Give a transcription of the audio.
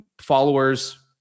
followers